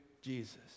Jesus